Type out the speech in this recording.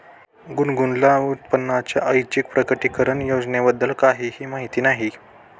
गुनगुनला उत्पन्नाच्या ऐच्छिक प्रकटीकरण योजनेबद्दल काहीही माहिती नाही